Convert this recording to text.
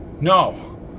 No